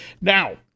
Now